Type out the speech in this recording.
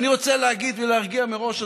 אני רוצה להגיד ולהרגיע מראש,